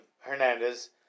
Hernandez